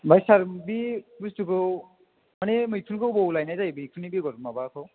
ओमफ्राय सार बे बुस्थुखौ माने मैखुनखौ बबाव लायनाय जायो बेनि बेगर माबाखौ